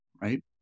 right